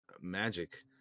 magic